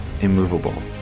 immovable